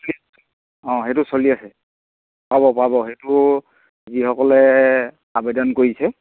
অঁ সেইটো চলি আছে পাব পাব সেইটো যিসকলে আবেদন কৰিছে